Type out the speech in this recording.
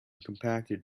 compacted